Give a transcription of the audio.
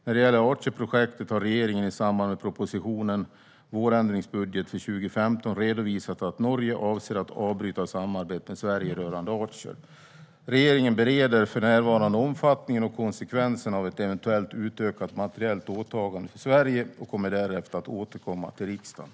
När det gäller Archerprojektet har regeringen i samband med propositionen Vårändringsbudget för 2015 redovisat att Norge avser att avbryta samarbetet med Sverige rörande Archer. Regeringen bereder för närvarande omfattningen och konsekvenserna av ett eventuellt utökat materiellt åtagande för Sverige och kommer därefter att återkomma till riksdagen.